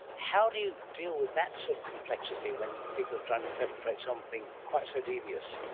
how do you deal with that sort of complexity when people are trying to perpetrate something quite so devious?